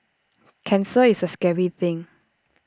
cancer is A scary thing